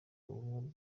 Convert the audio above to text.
ubumwe